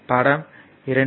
படம் 2